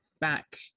back